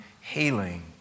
healing